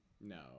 no